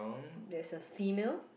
there's a female